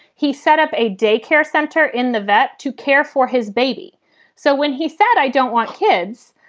he set up a daycare center in the vet to care for his baby so when he said, i don't want kids,